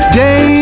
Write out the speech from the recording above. day